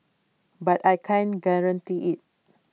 but I can't guarantee IT